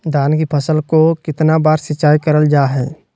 धान की फ़सल को कितना बार सिंचाई करल जा हाय?